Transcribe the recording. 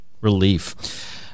Relief